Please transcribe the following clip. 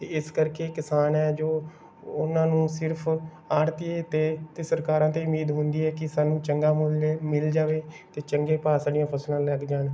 ਇਸ ਕਰਕੇ ਕਿਸਾਨ ਹੈ ਜੋ ਉਹਨਾਂ ਨੂੰ ਸਿਰਫ ਆੜ੍ਹਤੀਏ 'ਤੇ ਅਤੇ ਸਰਕਾਰਾਂ 'ਤੇ ਉਮੀਦ ਹੁੰਦੀ ਹੈ ਕਿ ਸਾਨੂੰ ਚੰਗਾ ਮੁੱਲ ਮਿਲ ਜਾਵੇ ਅਤੇ ਚੰਗੇ ਭਾਅ ਸਾਡੀਆਂ ਫਸਲਾਂ ਲੱਗ ਜਾਣ